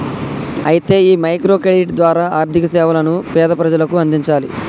అయితే ఈ micro credit ద్వారా ఆర్థిక సేవలను పేద ప్రజలకు అందించాలి